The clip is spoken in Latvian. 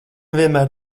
vienmēr